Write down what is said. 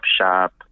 shop